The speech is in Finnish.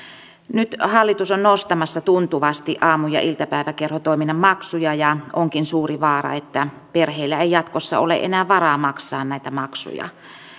nyt hallitus on nostamassa tuntuvasti aamu ja iltapäiväkerhotoiminnan maksuja ja onkin suuri vaara että perheillä ei jatkossa ole enää varaa maksaa näitä maksuja